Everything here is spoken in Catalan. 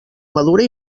madura